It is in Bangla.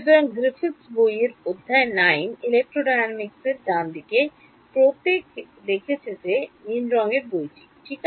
সুতরাং গ্রিফিথস বইয়ের অধ্যায় 9 ইলেক্ট্রোডায়নামিক্সের ডানদিকে প্রত্যেকে দেখেছে যে নীল রঙের বইটি ঠিক